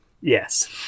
yes